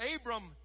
Abram